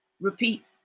repeat